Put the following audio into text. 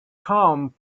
come